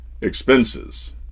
expenses